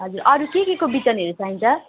हजुर अरू के केको बिजनहरू चाहिन्छ